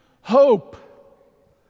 hope